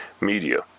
media